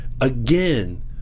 again